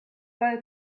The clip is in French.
pas